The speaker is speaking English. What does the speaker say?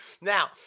Now –